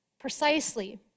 precisely